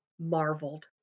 marveled